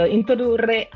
introdurre